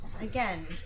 Again